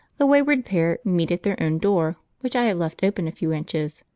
the wayward pair meet at their own door, which i have left open a few inches.